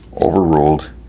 Overruled